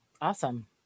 awesome